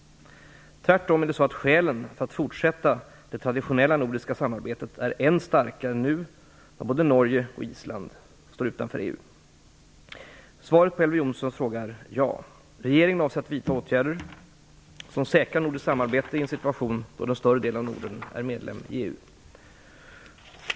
Tvärtom är det så att skälen för att fortsätta det traditionella nordiska samarbetet är än starkare nu när både Norge och Island står utanför EU. Svaret på Elver Jonssons fråga är ja. Regeringen avser att vidta åtgärder som säkrar nordiskt samarbete i en situation då större delen av Norden är medlem i EU.